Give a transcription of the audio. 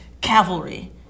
cavalry